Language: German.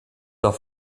auf